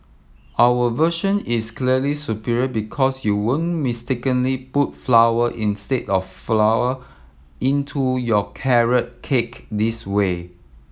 our version is clearly superior because you won't mistakenly put flower instead of flour into your carrot cake this way